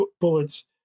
bullets